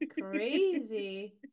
crazy